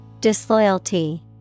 Disloyalty